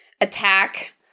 attack